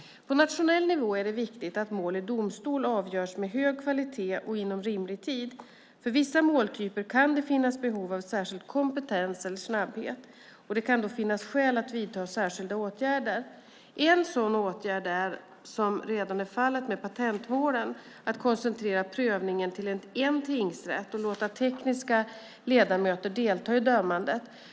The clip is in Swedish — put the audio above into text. På nationell nivå är det viktigt att mål i domstol avgörs med hög kvalitet och inom rimlig tid. För vissa måltyper kan det finnas behov av särskild kompetens eller snabbhet. Det kan då finnas skäl att vidta särskilda åtgärder. En sådan åtgärd är att, som redan är fallet med patentmålen, koncentrera prövningen till en tingsrätt och låta tekniska ledamöter delta i dömandet.